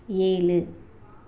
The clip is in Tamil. ஏழு